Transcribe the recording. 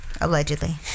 Allegedly